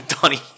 donnie